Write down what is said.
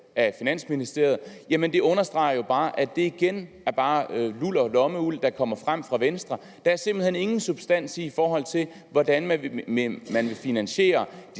af Finansministeriet. Det understreger jo bare, at det igen kun er lommeuld, der kommer frem fra Venstres side. Der er simpelt hen ingen substans i det, i forhold til hvordan man vil finansiere